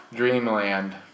Dreamland